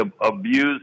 abuse